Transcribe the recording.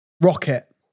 Rocket